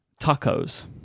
Tacos